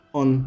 on